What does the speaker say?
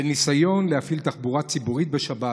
בניסיון להפעיל תחבורה ציבורית בשבת